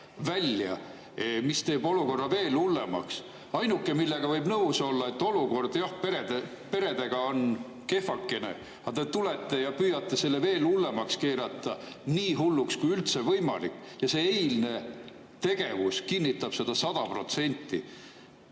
välja, mis teeb olukorra veel hullemaks. Ainuke, millega võib nõus olla, [on see], et olukord peredega on kehvakene. Aga te tulete ja püüate selle veel hullemaks keerata. Nii hulluks, kui üldse võimalik! Eilne tegevus kinnitab seda sada